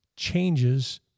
changes